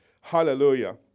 Hallelujah